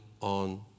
on